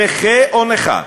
נָכֶה או נָכָה